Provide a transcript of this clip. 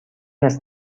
است